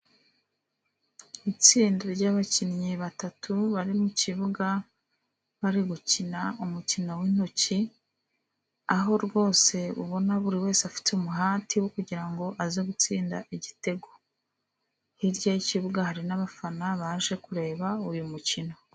Itsinda ry'abakinnyi batatu bari mu kibuga, bari gukina umukino w'intoki, aho rwose ubona buri wese afite umuhati wo kugira ngo aze gutsinda igitego. Hirya y'ikibuga hari n'abafana baje kureba uyu mukino.